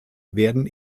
werden